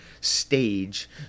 stage